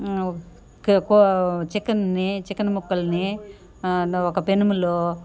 కు కూ చికెన్ని చికెన్ ముక్కలుని ఒక పెనములో